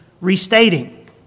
restating